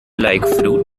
like